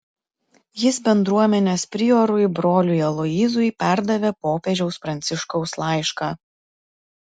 jis bendruomenės priorui broliui aloyzui perdavė popiežiaus pranciškaus laišką